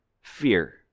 fear